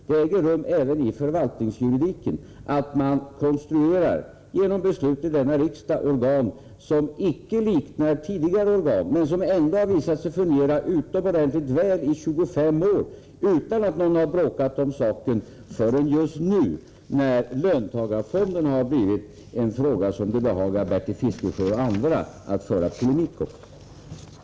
Det är känt även inom förvaltningsjuridiken att man genom beslut i denna riksdag konstruerat organ som icke liknar tidigare organ men som ändå visar sig ha fungerat utomordentligt väl i 25 år utan att någon bråkat om saken förrän just nu, när löntagarfonderna har blivit en fråga som det behagar Bertil Fiskesjö och andra att föra polemik om.